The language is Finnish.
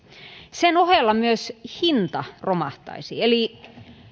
sen ohella myös hinta romahtaisi eli